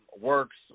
works